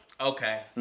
okay